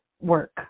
work